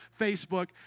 Facebook